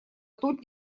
тут